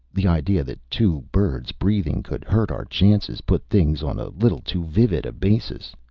the idea that two birds breathing could hurt our chances put things on a little too vivid a basis.